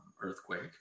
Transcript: earthquake